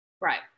Right